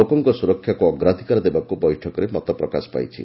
ଲୋକଙ୍ଙ ସୁରକ୍ଷାକୁ ଅଗ୍ରାଧିକାର ଦେବାକୁ ବୈଠକରେ ମତପ୍ରକାଶ ପାଇଛି